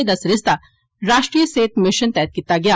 एह्दा सरिस्ता राश्ट्रीय सेह्त मिशन तैह्त कीता गेआ